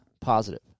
positive